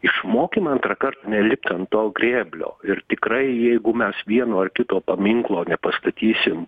išmokim antrąkart nelipt ant to grėblio ir tikrai jeigu mes vieno ar kito paminklo nepastatysim